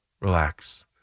relax